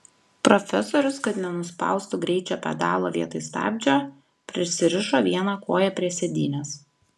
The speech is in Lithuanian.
profesorius kad nenuspaustų greičio pedalo vietoj stabdžio prisirišo vieną koją prie sėdynės